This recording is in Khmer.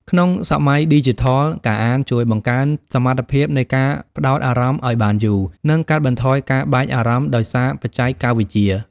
ក្នុងសម័យឌីជីថល ការអានជួយបង្កើនសមត្ថភាពនៃការផ្ដោតអារម្មណ៍ឱ្យបានយូរ និងកាត់បន្ថយការបែកអារម្មណ៍ដោយសារបច្ចេកវិទ្យា។